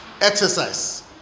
exercise